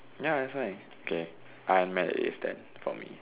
ya that's why okay Iron Man it is then for me